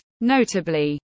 notably